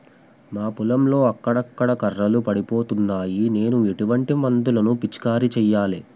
మా పొలంలో అక్కడక్కడ కర్రలు ఎండిపోతున్నాయి నేను ఎటువంటి మందులను పిచికారీ చెయ్యాలే?